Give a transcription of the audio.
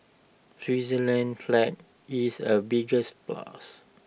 Switzerland's flag is A bigs plus